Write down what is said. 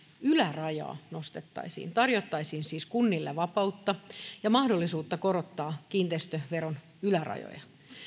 ylärajaa nostettaisiin tarjottaisiin siis kunnille vapautta ja mahdollisuutta korottaa kiinteistöveron ylärajoja